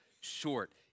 short